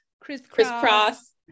crisscross